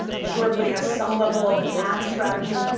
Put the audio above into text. i'm sure everybody has some level of an app strategy,